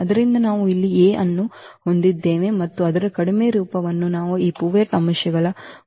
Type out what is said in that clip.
ಆದ್ದರಿಂದ ನಾವು ಇಲ್ಲಿ ಈ A ಅನ್ನು ಹೊಂದಿದ್ದೇವೆ ಮತ್ತು ಅದರ ಕಡಿಮೆ ರೂಪವನ್ನು ನಾವು ಈ ಪಿವೋಟ್ ಅಂಶಗಳನ್ನು ಹೊಂದಿದ್ದೇವೆ